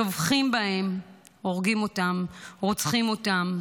טובחים בהם, הורגים אותם, רוצחים אותם.